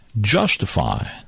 justify